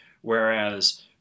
Whereas